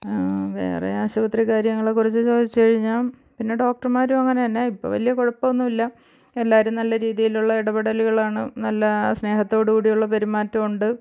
വേറെ ആശുപത്രി കാര്യങ്ങളെ കുറിച്ച് ചോദിച്ചു കഴിഞ്ഞാൽ പിന്നെ ഡോക്ടർമാരും അങ്ങനെ തന്നെ ഇപ്പോൾ വലിയ കുഴപ്പമൊന്നുമില്ല എല്ലാവരും നല്ല രീതിയിലുള്ള ഇടപെടലുകളാണ് നല്ല സ്നേഹത്തോടു കൂടിയുള്ള പെരുമാറ്റം ഉണ്ട്